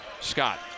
Scott